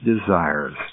desires